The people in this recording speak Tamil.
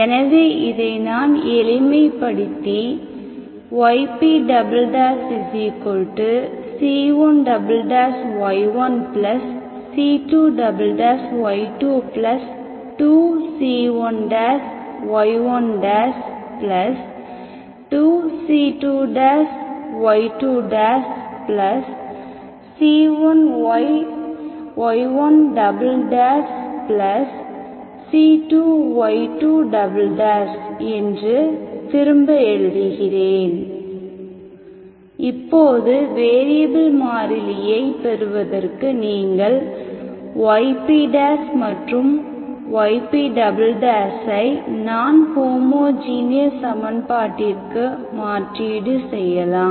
எனவே இதை நான் எளிமைப்படுத்தி ypc1y1c2y22c1y12c2y2c1y1c2y2 என்று திரும்ப எழுதுகிறேன் இப்போது வேரியபில் மாறிலியை பெறுவதற்கு நீங்கள் yp மற்றும் yp ஐ நான் ஹோமோஜீனியஸ் சமன்பாட்டிற்கு மாற்றீடு செய்யலாம்